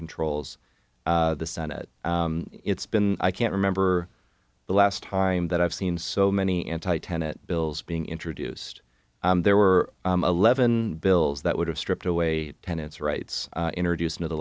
controls the senate it's been i can't remember the last time that i've seen so many anti tenet bills being introduced there were eleven bills that would have stripped away tenants rights introduced into the